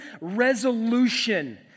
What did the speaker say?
resolution